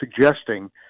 suggesting